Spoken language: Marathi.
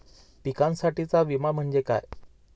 पिकांसाठीचा विमा म्हणजे काय?